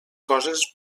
coses